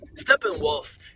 Steppenwolf